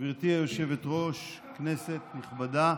גברתי היושבת-ראש, כנסת נכבדה,